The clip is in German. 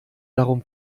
darum